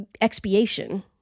Expiation